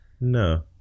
no